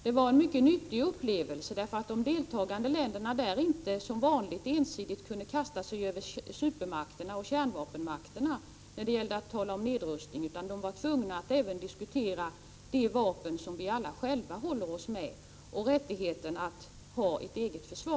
Det var en mycket nyttig upplevelse därför att de deltagande länderna där inte som vanligt ensidigt kunde kasta sig över supermakterna och kärnvapenmakterna när det gällde nedrustning, utan de var tvungna att även diskutera de vapen som vi alla själva håller oss med och rättigheten att ha ett eget försvar. Prot.